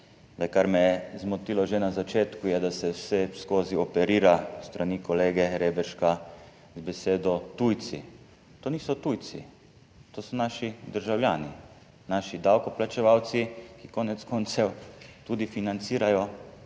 Kar me je zmotilo že na začetku, je, da se vseskozi operira s strani kolega Reberška z besedo tujci. To niso tujci, to so naši državljani, naši davkoplačevalci, ki konec koncev tudi financirajo